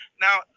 Now